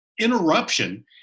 interruption